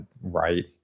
right